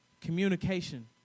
Communication